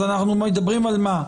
אז אנחנו מדברים על מה?